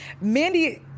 Mandy